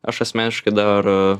aš asmeniškai dar